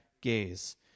gaze